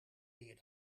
meer